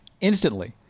instantly